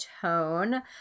tone